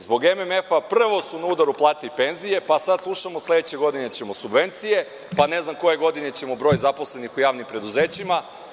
Zbog MMF prvo su na udaru plate i penzije, pa slušamo sledeće godine ćemo subvencije, pa ne znam koje godine ćemo broj zaposlenih u javnim preduzećima.